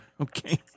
Okay